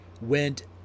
went